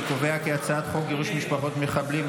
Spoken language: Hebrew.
אני קובע כי הצעת חוק גירוש משפחות מחבלים,